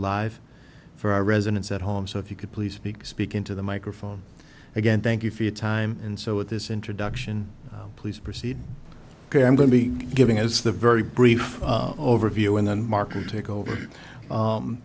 live for our residence at home so if you could please speak speak into the microphone again thank you for your time and so with this introduction please proceed ok i'm going to be giving as the very brief overview and then